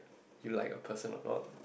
you like a person or not lah